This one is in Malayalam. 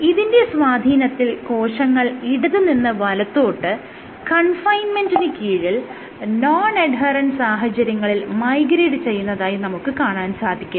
ഇതിന്റെ സ്വാധീനത്തിൽ കോശങ്ങൾ ഇടത് നിന്നും വലത്തോട്ട് കൺഫൈൻമെന്റിന് കീഴിൽ നോൺ എഡ്ഹെറെന്റ് സാഹചര്യങ്ങളിൽ മൈഗ്രേറ്റ് ചെയ്യുന്നതായി നമുക്ക് കാണാൻ സാധിക്കും